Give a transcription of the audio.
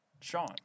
sean